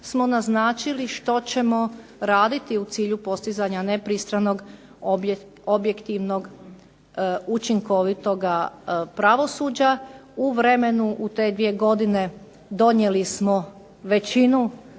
smo naznačili što ćemo raditi u cilju postizanja nepristranog, objektivnog, učinkovitoga pravosuđa. U vremenu u te dvije godine donijeli smo većinu